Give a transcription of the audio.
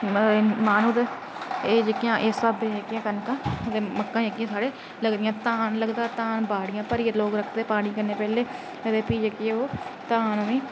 महीनू ते इस हिसावे हियां कनकां ते मक्कां साढ़ै धान लगदा धान बाड़ियां भरियै लोग पानी कन्नै पैह्लें ते फ्ही धान ओह्